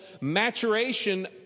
maturation